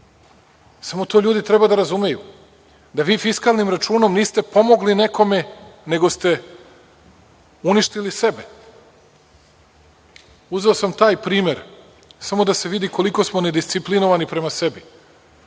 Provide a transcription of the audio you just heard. Samo to ljudi treba da razumeju, da vi fiskalnim računom niste pomogli nekome, nego ste uništili sebe. Uzeo sam taj primer samo da se vidi koliko smo nedisciplinovani prema sebi.